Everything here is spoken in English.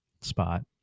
spot